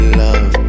love